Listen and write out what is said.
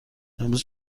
امروز